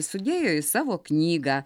sudėjo į savo knygą